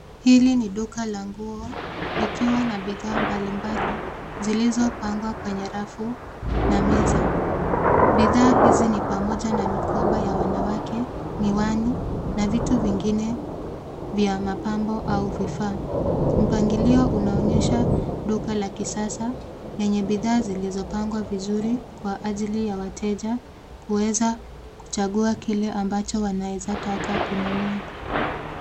Hili ni duka la nguo likiwa na bidhaa mbalimbali zilizopangwa kwenye rafu na meza. Bidhaa hizi ni pamoja na mikoba ya wanawake, miwani, na vitu vingine vya mapambo au vifaa. Mpangilio unaonyesha duka la kisasa lenye bidhaa zilizopangwa vizuri kwa ajili ya wateja kuweza kuchagua kile ambacho wanaezataka kununua.